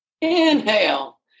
inhale